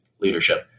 leadership